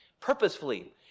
purposefully